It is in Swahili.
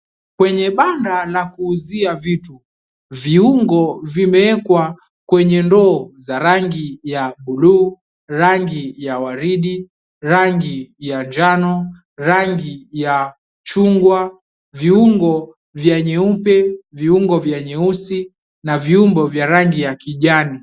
Kwenye banda la kuuzia vitu. Viungo vimewekwa kwenye ndoo za rangi ya bluu, rangi ya waridi, rangi ya njano, rangi ya chungwa, viungo vya nyeupe, viungo vya nyeusi na viungo vya rangi ya kijani.